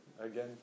Again